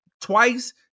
twice